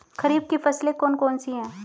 खरीफ की फसलें कौन कौन सी हैं?